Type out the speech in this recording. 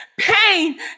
Pain